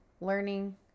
learning